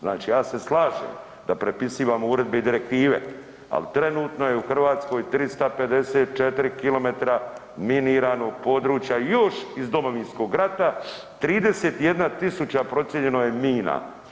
Znači, ja se slažem da prepisivamo uredbe i direktive, ali trenutno je u Hrvatskoj 354 km miniranog područja još iz Domovinskog rata, 31000 procijenjeno je mina.